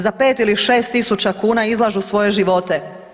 Za 5 ili 6 tisuća kuna izlažu svoje živote.